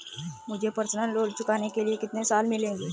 मुझे personal loan चुकाने के लिए कितने साल मिलेंगे?